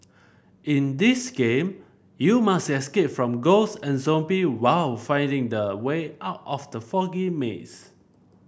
in this game you must escape from ghost and zomby while finding the way out of the foggy maze